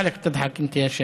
(אומר בערבית: מה אתה צוחק, יא שייח'?)